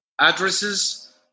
addresses